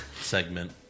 segment